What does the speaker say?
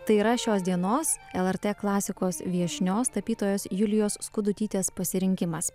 tai yra šios dienos lrt klasikos viešnios tapytojos julijos skudutytės pasirinkimas